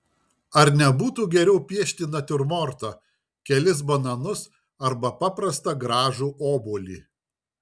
ar nebūtų geriau piešti natiurmortą kelis bananus arba paprastą gražų obuolį